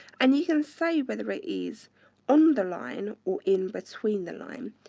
and you can say whether it is on the line or in between the line,